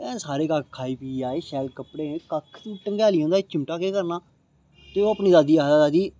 सारे खाई पीऐ आए न तूं एह् लेई आंह्दा ऐ चिमटा केह् करना ते ओह् अपनी दादी गी आखदा दादी